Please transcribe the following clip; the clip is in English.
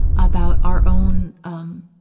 about our own, um,